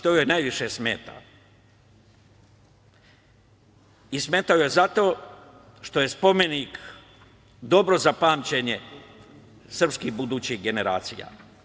To joj najviše smeta i smeta joj zato što je spomenik dobro za pamćenje srpskih budućih generacija.